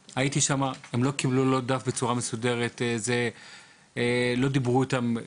הם לא קיבלו דף בצורה מסודרת ולא דיברו איתם.